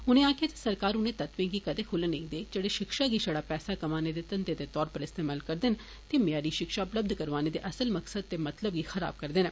उनें आक्खेआ सरकार उनें तत्वें गी कदें खुल्ल नेईं देग जेड़े शिक्षा गी शड़ा पैसा कमाने दे घंघे दे तौरा पर इस्तमाल करदे न ते मयारी शिक्षा उपलब्ध कराने दे अस्सल मकसद ते मतलब गी खराब करदे न